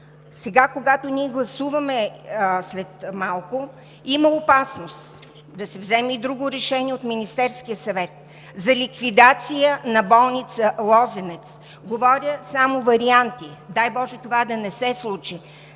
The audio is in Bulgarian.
Сега, когато ние гласуваме, има опасност да се вземе и друго решение от Министерския съвет – за ликвидация на болница „Лозенец“. Говоря само варианти. Дай боже, това да не се случи,